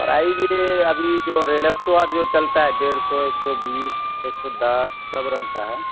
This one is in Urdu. پرائز ابھی جو ریلیکسو اور جو چلتا ہے ڈیڑھ سو ایک سو بیس ایک سو دس سب رنگ کا ہے